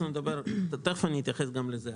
תיכף אתייחס גם לזה.